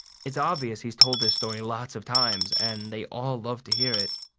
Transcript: it's obvious he's told this story lots of times and they all love to hear it.